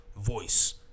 voice